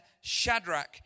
Shadrach